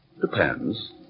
Depends